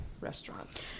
restaurant